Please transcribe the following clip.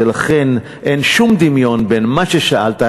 ולכן אין שום דמיון בין מה ששאלת,